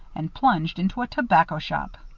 and plunged into a tobacco shop.